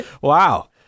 Wow